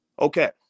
Okay